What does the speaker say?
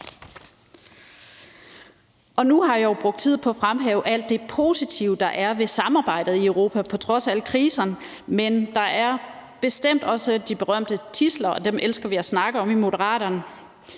Nu har jeg jo brugt tid på at fremhæve alt det positive, der er ved samarbejdet i Europa på trods af alle kriserne, men der er bestemt også de berømte tidsler, og dem elsker vi at snakke om i Moderaterne.